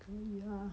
可以啊